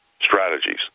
strategies